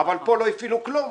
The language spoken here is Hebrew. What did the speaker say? אבל כאן לא הפעילו כלום.